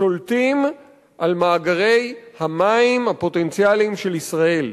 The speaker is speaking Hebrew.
שולטים על מאגרי המים הפוטנציאליים של ישראל.